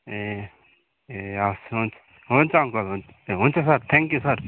ए ए हवस् हुन्छ हुन्छ अङ्कल हुन्छ ए हुन्छ सर थ्याङ्कयू सर